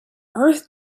earth